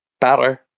better